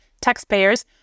taxpayers